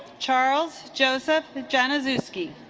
charles joseph the janiszewski